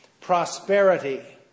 prosperity